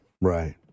Right